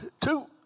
two